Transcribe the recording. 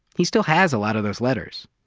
he still has a lot of those letters.